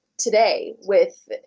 today, with,